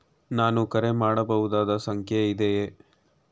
ನಾನು ಕರೆ ಮಾಡಬಹುದಾದ ಸಂಖ್ಯೆ ಇದೆಯೇ?